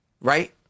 right